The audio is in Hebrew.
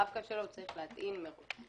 את הרב-קו שלו הוא צריך להטעין מראש.